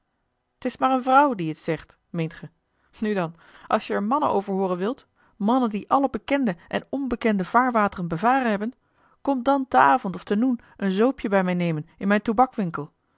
t is maar eene vrouw die het zegt meent ge nu dan als je er mannen over hooren wilt mannen die alle bekende en onbekende vaarwateren bevaren hebben komt dan te avond of te noen een zoopje bij mij nemen in mijn